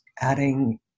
adding